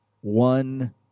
one